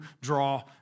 draw